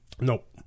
Nope